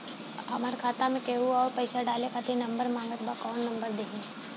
हमार खाता मे केहु आउर पैसा डाले खातिर नंबर मांगत् बा कौन नंबर दे दिही?